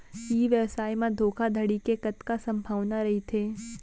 ई व्यवसाय म धोका धड़ी के कतका संभावना रहिथे?